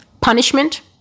punishment